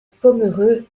pomereux